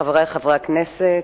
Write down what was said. חברי חברי הכנסת,